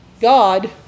God